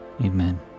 amen